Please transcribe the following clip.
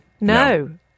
No